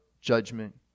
judgment